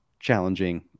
challenging